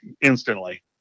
instantly